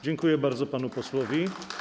Dziękuję bardzo panu posłowi.